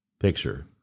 picture